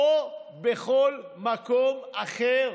"או בכל מקום אחר"